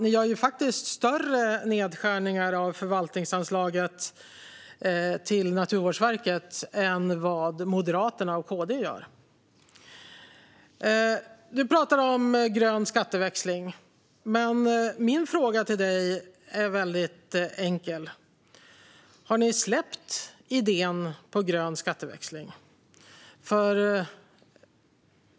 Ni gör faktiskt större nedskärningar av förvaltningsanslaget till Naturvårdsverket än vad Moderaterna och KD gör. Du talar om grön skatteväxling, men min fråga är väldigt enkel. Har ni släppt idén om grön skatteväxling?